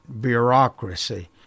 bureaucracy